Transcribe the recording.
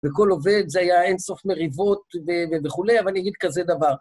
וכל עובד, זה היה אינסוף מריבות וכולי, אבל נגיד כזה דבר.